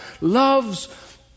loves